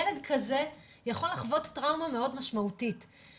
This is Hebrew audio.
ילד כזה יכול לחוות טראומה משמעותית מאוד.